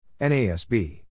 NASB